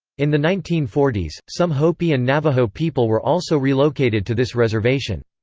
in the nineteen forty s, some hopi and navajo people were also relocated to this reservation.